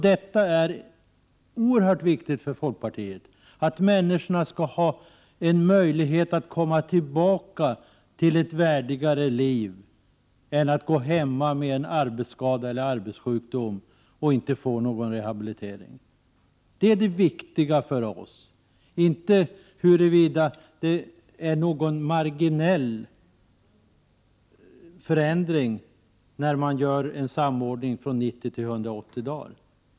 Detta är oerhört viktigt för folkpartiet: människorna skall ha en möjlighet att komma tillbaka till ett värdigare liv än att gå hemma med en arbetsskada eller arbetssjukdom utan att få någon rehabilitering. Det är det viktiga för oss, inte huruvida det är någon marginell förändring när man gör en samordning från 90 till 180 dagar.